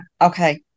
okay